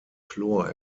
chlor